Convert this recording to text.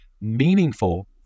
meaningful